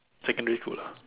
secondary too lah